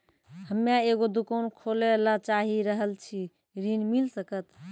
हम्मे एगो दुकान खोले ला चाही रहल छी ऋण मिल सकत?